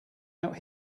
out